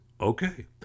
Okay